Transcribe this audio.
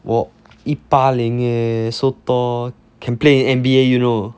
我一八零 leh so tall can play at N_B_A you know